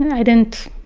i didn't,